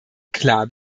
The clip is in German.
klar